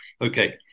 Okay